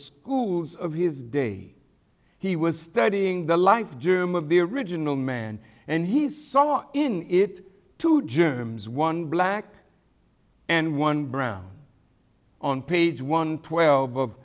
schools of his day he was studying the life germ of the original man and he saw in it to germs one black and one brown on page one twelve